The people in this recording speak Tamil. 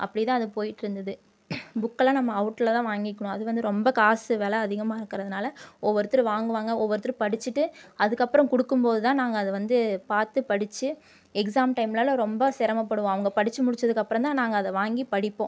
அப்படி தான் அது போயிட்டுருந்தது புக்கெல்லாம் நம்ம அவுட்டில் தான் வாங்கிக்கணும் அது வந்து ரொம்ப காசு விலை அதிகமாக இருக்கிறதுனால ஒவ்வொருத்தர் வாங்குவாங்க ஒவ்வொருத்தர் படிச்சிட்டு அதுக்கப்புறம் கொடுக்கும் போது தான் நாங்கள் அதை வந்து பார்த்து படித்து எக்ஸாம் டைம்லலாம் ரொம்ப சிரமப்படுவோம் அவங்க படித்து முடிச்சதுக்கப்புறம் தான் நாங்கள் அதை வாங்கி படிப்போம்